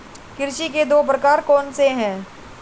कृषि के दो प्रकार कौन से हैं?